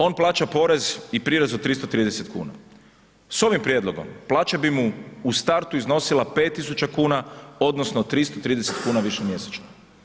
On plaća porez i prirez od 330 kn. s ovim prijedlogom, plaća bi mu u startu iznosila 5000 kn, odnosno 330 kn više mjesečno.